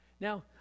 Now